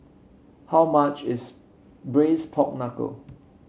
how much is Braised Pork Knuckle